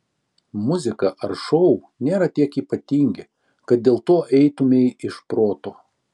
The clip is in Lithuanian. muzika ar šou nėra tiek ypatingi kad dėl to eitumei iš proto